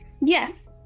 Yes